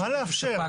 מה לאפשר?